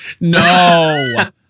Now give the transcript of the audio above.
No